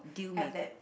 have that